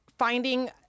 Finding